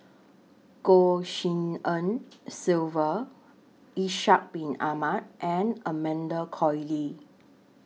Goh Tshin En Sylvia Ishak Bin Ahmad and Amanda Koe Lee